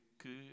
que